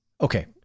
Okay